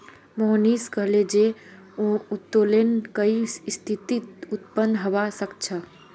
मोहनीश कहले जे उत्तोलन कई स्थितित उत्पन्न हबा सख छ